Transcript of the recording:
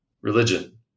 religion